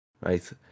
right